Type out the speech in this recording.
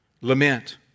Lament